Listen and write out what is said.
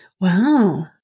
Wow